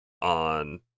on